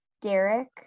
Derek